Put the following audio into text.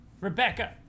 Rebecca